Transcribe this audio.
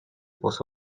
was